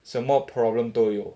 什么 problem 都有